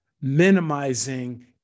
minimizing